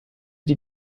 die